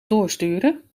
doorsturen